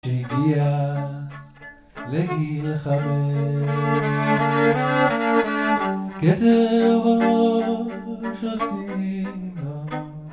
שהגיע, לגיל חבר, כתר הראש אשימה